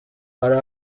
hari